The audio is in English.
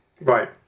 Right